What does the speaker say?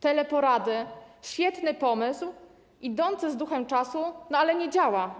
Teleporady - świetny pomysł idący z duchem czasu, ale nie działa.